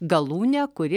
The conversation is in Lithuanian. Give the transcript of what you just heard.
galūnę kuri